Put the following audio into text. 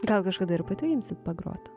gal kažkada ir pati imsit pagrot